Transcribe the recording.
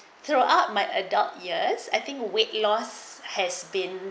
throughout my adult years I think weight loss has been